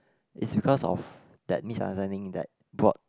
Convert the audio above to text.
is because of that misunderstanding that brought